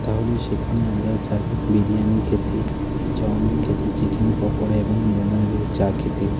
তাহলে সেখানে আমরা যাই বিরিয়ানি খেতে চাউমিন খেতে চিকেন পকোড়া এবং মোমো এবং চা খেতে